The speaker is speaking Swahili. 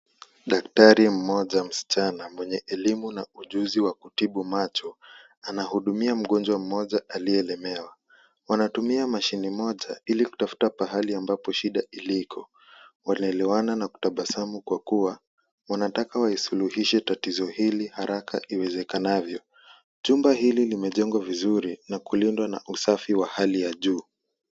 Daktari mmoja msichana mwenye elimu na ujuzi wa kutibu macho ,anahudumia mgonjwa mmoja aliyelemewa ,wanatumia mashine moja ili kutafuta pahali ambapo shida iliko, wanaelewana na kutabasamu kwa kua wanataka waisuluhishe tatizo hili haraka iwezekanivyo , jumba hili limejengwa vizuri na kulindwa na usafi wa hali ya juu.